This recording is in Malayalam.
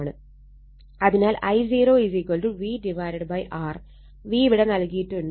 അതിനാൽ I0VR V ഇവിടെ നൽകിയിട്ടുണ്ട് 0